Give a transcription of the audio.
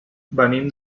venim